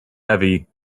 heavy